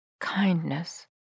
Kindness